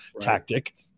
tactic